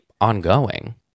ongoing